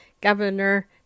Governor